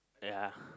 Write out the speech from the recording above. ya